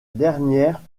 dernières